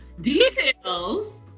Details